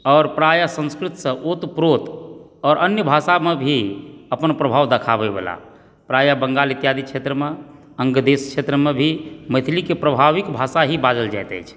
आओर प्रायः संस्कृतसंँ ओत प्रोत आओर अन्य भाषामे भी अपन प्रभाव देखाबए वला प्रायः बंगाल इत्यादि क्षेत्रमे अङ्ग देश क्षेत्रमे भी मैथिलीके प्रभाविक भाषा ही बाजल जाइत अछि